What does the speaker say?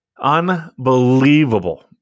Unbelievable